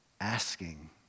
Asking